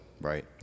Right